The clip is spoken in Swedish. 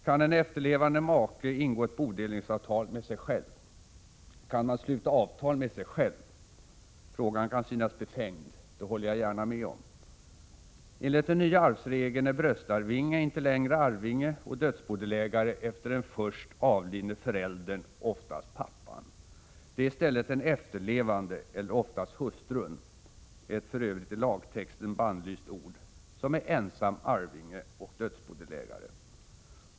Kan en efterlevande make ingå ett bodelningsavtal med sig själv? Kan man sluta avtal med sig själv? Frågan kan synas befängd. Det håller jag gärna med om. Enligt den nya arvsregeln är bröstarvinge inte längre arvinge och dödsbodelägare efter den först avlidne föräldern, oftast pappan. Det är i stället den efterlevande, oftast hustrun — ett för övrigt i lagtexten bannlyst ord — som är ensam arvinge och dödsbodelägare.